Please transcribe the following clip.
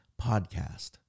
podcast